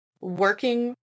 working